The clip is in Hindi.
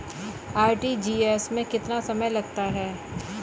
आर.टी.जी.एस में कितना समय लगता है?